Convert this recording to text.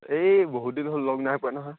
এই বহু দিন হ'ল লগ নাই পোৱা নহয়